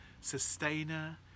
sustainer